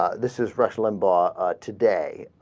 this is rush limbaugh are today ah.